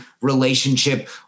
relationship